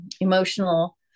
emotional